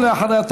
ואחריו,